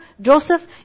Joseph